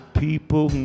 people